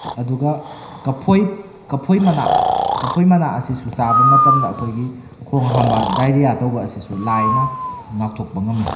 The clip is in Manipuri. ꯑꯗꯨꯒ ꯀꯐꯣꯏ ꯀꯐꯣꯏ ꯃꯅꯥ ꯀꯐꯣꯏ ꯃꯅꯥ ꯑꯁꯤꯁꯨ ꯆꯥꯕ ꯃꯇꯝꯗ ꯑꯩꯈꯣꯏꯒꯤ ꯈꯣꯡ ꯍꯥꯝꯕ ꯗꯥꯏꯔꯤꯌꯥ ꯇꯧꯕ ꯑꯁꯤꯁꯨ ꯂꯥꯏꯅ ꯉꯥꯛꯊꯣꯛꯄ ꯉꯝꯃꯤ